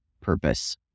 purpose